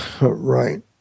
Right